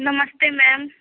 नमस्ते मैम